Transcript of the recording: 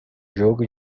jogo